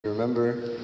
Remember